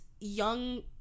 young